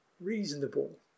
reasonable